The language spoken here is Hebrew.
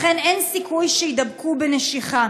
לכן אין סיכוי שיידבקו בנשיכה.